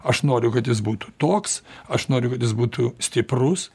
aš noriu kad jis būtų toks aš noriu kad jis būtų stiprus